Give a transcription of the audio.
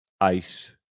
ice